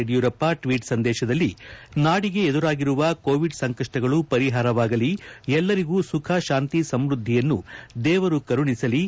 Yediyurappa tweet ಸಂದೇಶದಲ್ಲಿ ನಾಡಿಗೆ ಎದುರಾಗಿರುವ ಕೋವಿಡ್ ಸಂಕಷ್ಟಗಳು ಪರಿಹಾರವಾಗಲಿ ಎಲ್ಲರಿಗೂ ಸುಖ ಶಾಂತಿ ಸಮೃದ್ದಿಯನ್ನು ದೇವರು ಕರುಣಿಸಲಿ